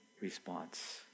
response